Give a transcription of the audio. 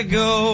go